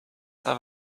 saint